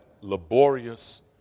laborious